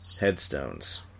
Headstones